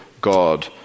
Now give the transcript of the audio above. God